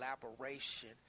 collaboration